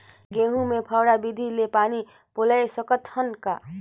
गहूं मे फव्वारा विधि ले पानी पलोय सकत हन का?